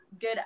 Good